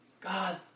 God